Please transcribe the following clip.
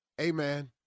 Amen